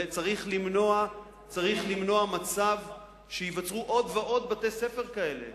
וצריך למנוע מצב שייווצרו עוד ועוד בתי-ספר כאלה.